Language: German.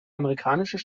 amerikanischer